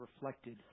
reflected